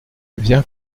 viens